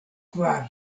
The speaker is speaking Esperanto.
kvar